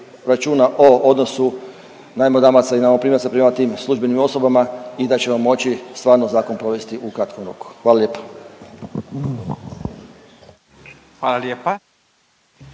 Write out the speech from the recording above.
računa o odnosu najmodavaca i najmoprimaca prema tim službenim osobama i da ćemo moći stvarno zakon provesti u kratkom roku. Hvala lijepa. **Radin,